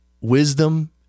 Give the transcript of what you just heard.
wisdom